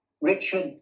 Richard